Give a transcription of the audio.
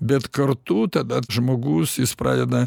bet kartu tada žmogus jis pradeda